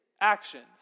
actions